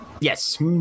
Yes